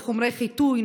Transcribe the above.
בחומרי חיטוי,